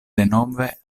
denove